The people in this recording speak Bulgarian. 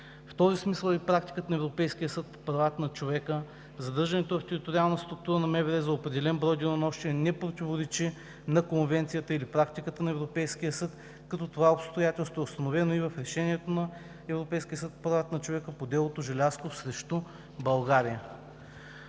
В този смисъл е и практиката на Европейския съд по правата на човека. Задържането в териториална структура на МВР за определен брой денонощия не противоречи на Конвенцията или практиката на Европейския съд, като това обстоятелство е установено и в решението на Европейския съд по правата на човека по делото „Желязков срещу България“.